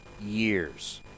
years